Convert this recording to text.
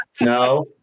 no